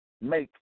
make